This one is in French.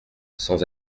sans